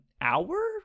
hour